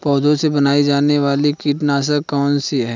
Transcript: पौधों से बनाई जाने वाली कीटनाशक कौन सी है?